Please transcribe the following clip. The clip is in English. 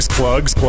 plugs